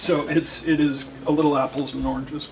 so it's it is a little apples and oranges